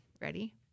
Ready